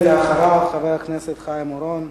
לאחריו, חבר הכנסת חיים אורון.